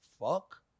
fuck